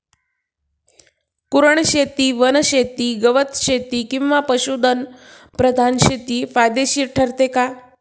कुरणशेती, वनशेती, गवतशेती किंवा पशुधन प्रधान शेती फायदेशीर ठरते का?